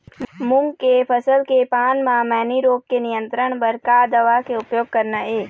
मूंग के फसल के पान म मैनी रोग के नियंत्रण बर का दवा के उपयोग करना ये?